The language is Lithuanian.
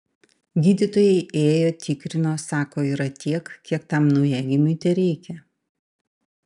gydytojai ėjo tikrino sako yra tiek kiek tam naujagimiui tereikia